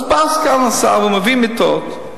אז בא סגן השר ומביא מיטות.